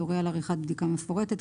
יורה על עריכת בדיקה מפורטת,